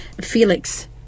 Felix